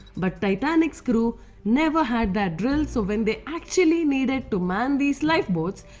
but titanic's crew never had that drill so when they actually needed to man these lifeboats,